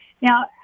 Now